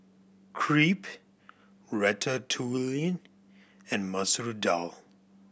Crepe Ratatouille and Masoor Dal